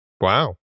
Wow